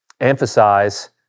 emphasize